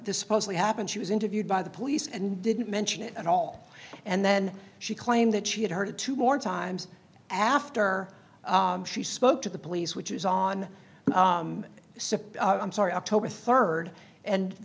s supposedly happened she was interviewed by the police and didn't mention it at all and then she claimed that she had heard two more times after she spoke to the police which is on suppose i'm sorry october rd and